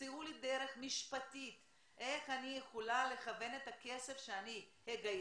תמצאו לי דרך משפטית איך אני יכולה לכוון את הכסף שאני אגייס,